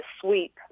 sweep